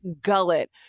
gullet